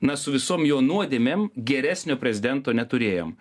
na su visom jo nuodėmėm geresnio prezidento neturėjom